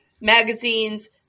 magazines